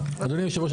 אדוני יושב הראש,